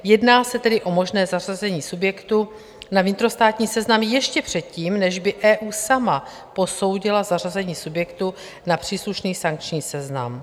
Jedná se tedy o možné zařazení subjektu na vnitrostátní seznam ještě předtím, než by EU sama posoudila zařazení subjektu na příslušný sankční seznam.